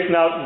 Now